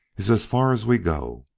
is as far as we go.